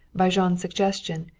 by jean's suggestion,